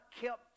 kept